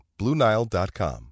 BlueNile.com